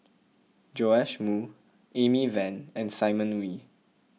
Joash Moo Amy Van and Simon Wee